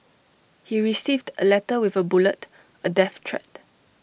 he received A letter with A bullet A death threat